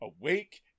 awake